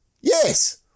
Yes